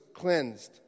cleansed